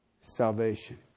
salvation